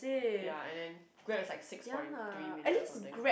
ya and then Grab is like six point three million or something